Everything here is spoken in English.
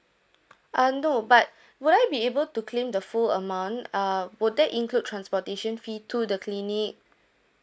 uh no but would I be able to claim the full amount uh would that include transportation fee to the clinic